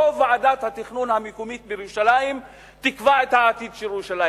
לא ועדת התכנון המקומית בירושלים תקבע את העתיד של ירושלים.